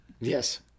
Yes